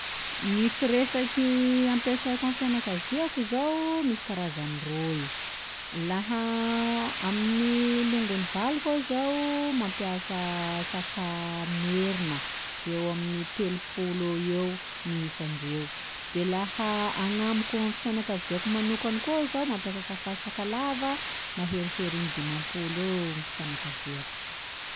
Gny firesaky ampiasaiko amin'ny fianakaviako zao! Misy karazany roy e: laha amin'ny longon'ny valiko aho zao mampiasa safà merina, eo amin'ny telo-polo eoeo ny isan-dreo, de laha agnamiko amin'ny fianakaviako manokagny koà zô mampiasa safà sakalava, maheriheriny dimampolo eo ny isan'ny fianakaviako.